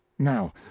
now